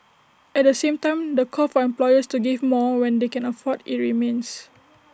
at the same time the call for employers to give more when they can afford IT remains